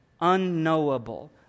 unknowable